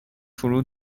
فروت